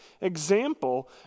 example